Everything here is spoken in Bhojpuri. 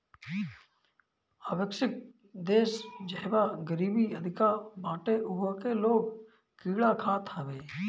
अविकसित देस जहवा गरीबी अधिका बाटे उहा के लोग कीड़ा खात हवे